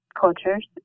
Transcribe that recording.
cultures